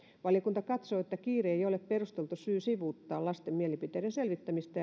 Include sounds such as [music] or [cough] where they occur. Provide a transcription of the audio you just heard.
valiokunta katsoo että kiire ei ole perusteltu syy sivuuttaa lasten mielipiteiden selvittämistä [unintelligible]